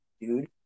dude